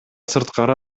сырткары